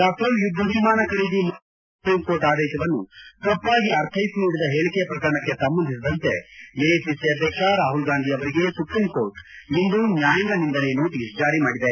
Rafale ಯುದ್ಧ ವಿಮಾನ ಖರೀದಿ ಮೊಕದ್ದಮೆ ಸಂಬಂಧ ಸುಪ್ರೀಂಕೋರ್ಟ್ ಆದೇಶವನ್ನು ತಪ್ಪಾಗಿ ಅರ್ಥೈಸಿ ನೀಡಿದ ಹೇಳಿಕೆ ಪ್ರಕರಣಕ್ಕೆ ಸಂಬಂಧಿಸಿದಂತೆ ಎಐಸಿಸಿ ಅಧ್ಯಕ್ಷ ರಾಹುಲ್ಗಾಂಧಿ ಅವರಿಗೆ ಸುಪ್ರೀಂ ಕೋರ್ಟ್ ಇಂದು ನ್ಯಾಯಾಂಗ ನಿಂದನೆ ನೋಟೀಸ್ ಜಾರಿ ಮಾಡಿದೆ